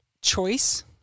choice